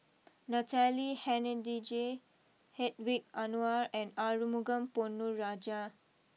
Natalie Hennedige Hedwig Anuar and Arumugam Ponnu Rajah